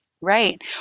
Right